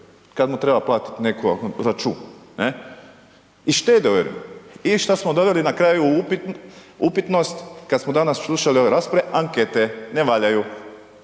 kad mu treba platiti netko račun. I štede u eurima. I što smo doveli na kraju u upitnost, kada smo danas slušali ove rasprave? Ankete, ne valjaju.